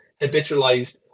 habitualized